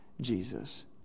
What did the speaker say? Jesus